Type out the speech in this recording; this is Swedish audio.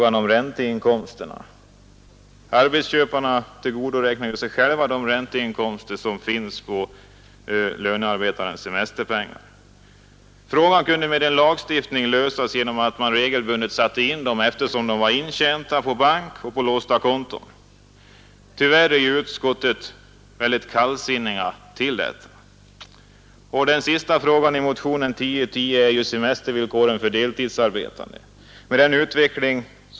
Arbetsköparna tillgodoräknar sig själva ränteinkomsterna på lönearbetarnas semesterpengar. Frågan kunde lösas med en lagstiftning som innebär att intjänta semesterpengar regelbundet skulle sättas in på bank på spärrade konton. Utskottet är tyvärr kallsinnigt till detta förslag. Den fjärde frågan i motionen 1010 gäller semestervillkoren för deltidsarbetande. BI.